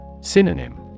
Synonym